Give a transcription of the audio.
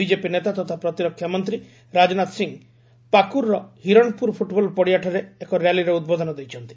BJP ନେତା ତଥା ପ୍ରତିରକ୍ଷା ମନ୍ତ୍ରୀ ରାଜନାଥ ସିଂହ ପାକୁର ର ହିରଣପୁର ଫୁଟବଲ ପଡ଼ିଆଠାରେ ଏକ ର୍ୟାଲିରେ ଉଦ୍ବୋଧନ ଦେଇଛନ୍ତି